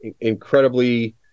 incredibly